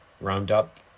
roundup